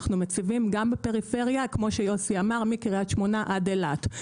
אנחנו מציבים גם בפריפריה כמו שיוסי אמר מקרית שמונה עד אילת.